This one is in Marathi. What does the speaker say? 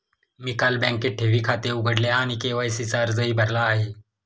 मी काल बँकेत ठेवी खाते उघडले आणि के.वाय.सी चा अर्जही भरला आहे